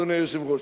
אדוני היושב-ראש,